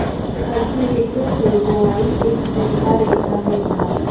cultivator से बोवाई एक सीधा रेखा में होला